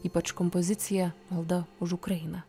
ypač kompozicija malda už ukrainą